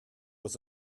was